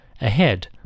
Ahead